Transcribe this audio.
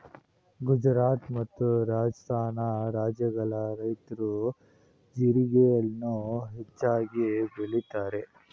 ಗುಜರಾತ್ ಮತ್ತು ರಾಜಸ್ಥಾನ ರಾಜ್ಯಗಳ ರೈತ್ರು ಜೀರಿಗೆಯನ್ನು ಹೆಚ್ಚಾಗಿ ಬೆಳಿತರೆ